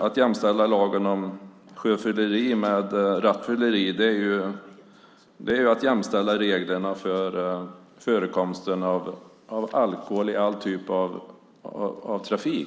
Att jämställa sjöfylleri med rattfylleri är att jämställa reglerna för förekomsten av alkohol i all typ av trafik.